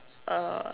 (Z)